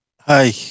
Hi